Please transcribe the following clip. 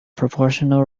proportional